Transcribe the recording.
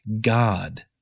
God